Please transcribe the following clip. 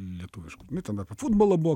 lietuviško nu ten apie futbolą buvo